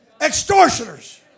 extortioners